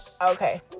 Okay